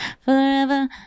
Forever